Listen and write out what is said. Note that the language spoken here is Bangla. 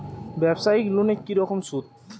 ব্যবসায়িক লোনে কি রকম সুদ?